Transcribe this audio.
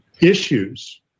issues